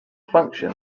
function